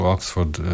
Oxford